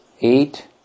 Eight